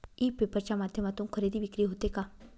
E paper च्या माध्यमातून खरेदी विक्री होते का?